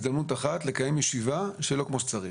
הזדמנות אחת לקיים ישיבה שלא כמו שצריך.